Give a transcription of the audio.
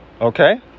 Okay